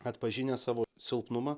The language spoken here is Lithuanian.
atpažinęs savo silpnumą